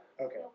Okay